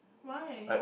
why